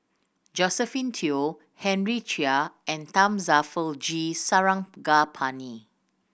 Josephine Teo Henry Chia and Thamizhavel G Sarangapani